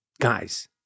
guys